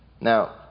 Now